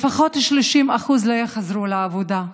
לפחות 30% לא יחזרו לעבודה.